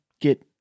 get